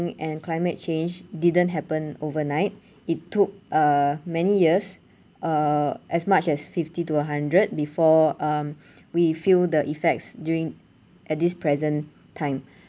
warming and climate change didn't happen overnight it took uh many years uh as much as fifty to a hundred before um we feel the effects during at this present time